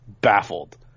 baffled